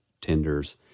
tenders